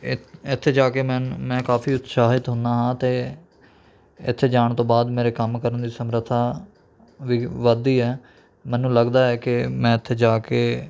ਇੱਥ ਇੱਥੇ ਜਾ ਕੇ ਮੈਨੂ ਮੈਂ ਕਾਫ਼ੀ ਉਤਸ਼ਾਹਿਤ ਹੁੰਦਾ ਹਾਂ ਅਤੇ ਇੱਥੇ ਜਾਣ ਤੋਂ ਬਾਅਦ ਮੇਰੇ ਕੰਮ ਕਰਨ ਦੀ ਸਮਰੱਥਾ ਵੀ ਵੱਧਦੀ ਹੈ ਮੈਨੂੰ ਲੱਗਦਾ ਹੈ ਕਿ ਮੈਂ ਇੱਥੇ ਜਾ ਕੇ